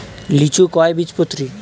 লিচু কয় বীজপত্রী?